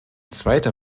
zweiter